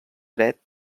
dret